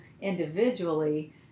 individually